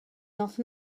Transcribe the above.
not